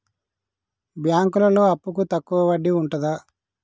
బ్యాంకులలో అప్పుకు తక్కువ వడ్డీ ఉంటదా?